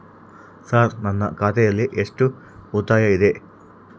Sir ನನ್ನ ಖಾತೆಯಲ್ಲಿ ಎಷ್ಟು ಉಳಿತಾಯ ಇದೆ?